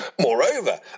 Moreover